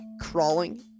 crawling